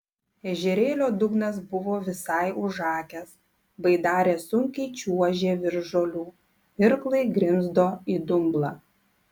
ežerėlio dugnas buvo visai užakęs baidarė sunkiai čiuožė virš žolių irklai grimzdo į dumblą